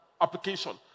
application